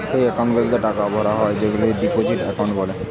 যেই একাউন্ট গুলাতে টাকা ভরা হয় তাকে ডিপোজিট একাউন্ট বলে